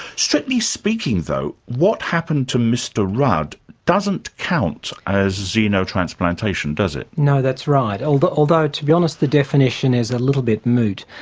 strictly speaking, though, what happened to mr rudd doesn't count as xenotransplantation, does it? no, that's right. although, to be honest, the definition is a little bit moot.